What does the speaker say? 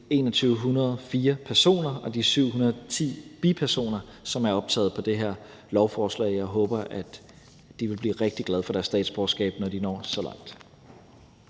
2.104 personer og de 710 bipersoner, der er optaget på det her lovforslag. Jeg håber, at de vil blive rigtig glade for deres statsborgerskab, når de når så langt.